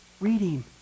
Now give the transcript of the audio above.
reading